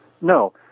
No